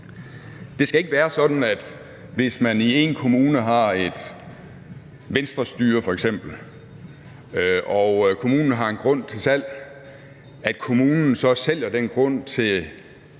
Det skal ikke være sådan, at hvis man i en kommune f.eks. har et Venstrestyre og kommunen har en grund til salg, så sælger kommunen den grund til